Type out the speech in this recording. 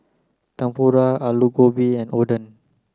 Tempura Alu Gobi and Oden